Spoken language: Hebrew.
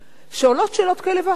שעולות שאלות כאלה ואחרות.